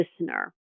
listener